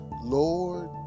Lord